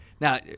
Now –